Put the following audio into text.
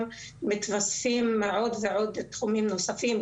גם מתווספים עוד ועוד תחומים נוספים,